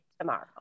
tomorrow